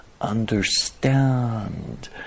understand